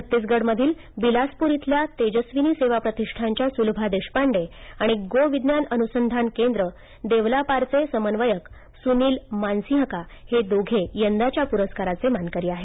छत्तीसगड मधील बिलासपूर इथल्या तेजस्वीनी सेवा प्रतिष्ठानच्या सुलभा देशपांडे आणि गो विज्ञान अनुसंधान केंद्र देवलापारचे समन्वयक सुनिल मानसिंहका हे दोघे यदाच्या पुरस्काराचे मानकरी आहेत